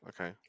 okay